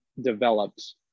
developed